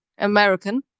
American